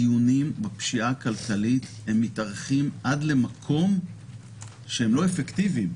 הדיונים בפשיעה הכלכלית מתארכים עד למקום שהם לא אפקטיביים.